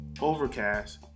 Overcast